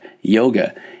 yoga